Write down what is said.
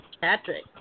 Patrick